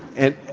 and